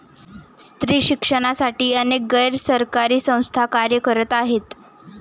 स्त्री शिक्षणासाठी अनेक गैर सरकारी संस्था कार्य करत आहेत